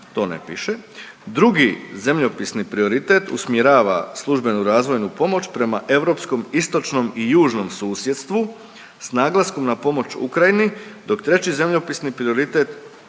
to ne piše. „Drugi zemljopisni prioritet usmjerava službenu razvojnu pomoć prema europskom istočnom i južnom susjedstvu s naglaskom na pomoć Ukrajini, dok treći zemljopisni prioritet